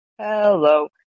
Hello